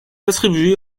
attribué